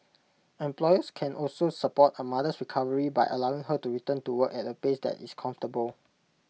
employers can also support A mother's recovery by allowing her to return to work at A pace that is comfortable